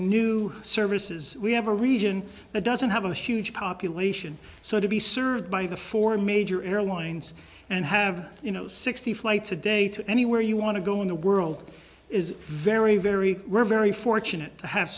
new services we have a region that doesn't have a huge population so to be served by the four major airlines and have you know sixty flights a day to anywhere you want to go in the world is very very we're very fortunate to have